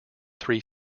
three